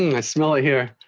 i smell it here,